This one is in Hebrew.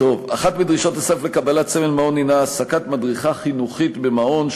אחת מדרישות הסף לקבלת סמל מעון היא העסקת מדריכה חינוכית במעון,